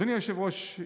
אדוני היושב-ראש,